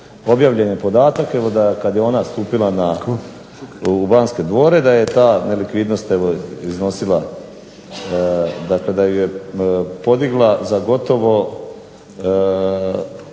Objavljen je podatak evo da kad je ona stupila u Banske dvore da je ta nelikvidnost evo iznosila, dakle da ju je podigla za gotovo